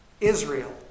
Israel